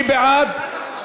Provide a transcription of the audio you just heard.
מי בעד?